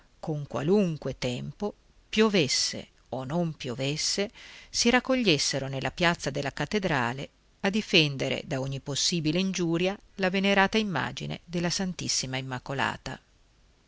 con qualunque tempo piovesse o non piovesse si raccogliessero nella piazza della cattedrale a difendere da ogni possibile ingiuria la venerata immagine della ss immacolata